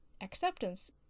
acceptance